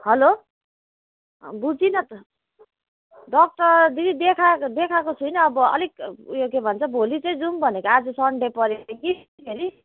hello बुझिनँ त doctor दिदी देखा देखाएको छुइनँ अब अलिक उयो के भन्छ भोलि चाहिँ जाउँ भनेको आज सन्डे पर्यो कि फेरि